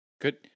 Good